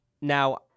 Now